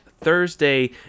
Thursday